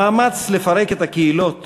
המאמץ לפרק את הקהילות